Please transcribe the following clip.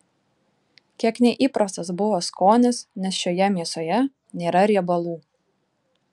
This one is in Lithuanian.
kiek neįprastas buvo skonis nes šioje mėsoje nėra riebalų